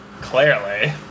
clearly